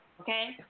okay